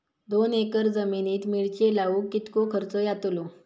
दोन एकर जमिनीत मिरचे लाऊक कितको खर्च यातलो?